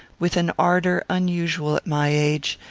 with an ardour unusual at my age,